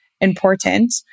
important